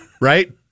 Right